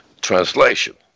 translation